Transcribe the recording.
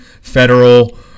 federal